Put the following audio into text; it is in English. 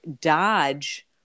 dodge